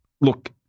look